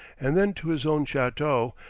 and then to his own chateau,